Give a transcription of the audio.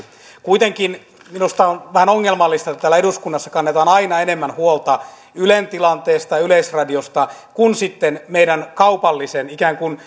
kuitenkin minusta on vähän ongelmallista että täällä eduskunnassa kannetaan aina enemmän huolta ylen tilanteesta yleisradiosta kuin sitten meidän kaupallisen ikään kuin